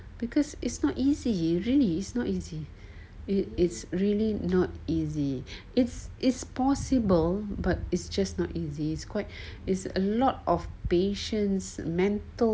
because it's not easy really it's not easy it it's really not easy it's it's possible but it's just not easy it's quite it's a lot of patience mental